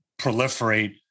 proliferate